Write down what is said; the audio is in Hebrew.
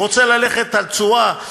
רוצה ללכת על תשואה,